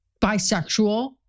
bisexual